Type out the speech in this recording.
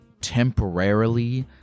temporarily